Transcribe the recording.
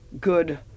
good